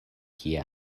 kie